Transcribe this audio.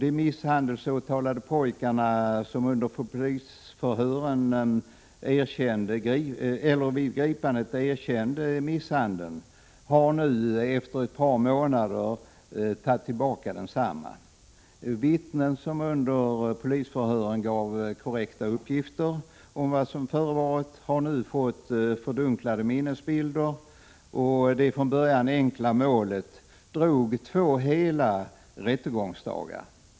De misshandelsåtalade pojkarna erkände vid gripandet, men nu efter flera månader tar de tillbaka detta, och vittnen som under polisförhören gav korrekta uppgifter om vad som förevarit har nu fått fördunklade minnesbilder. Det från början enkla målet drog två hela rättegångsdagar.